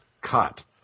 cut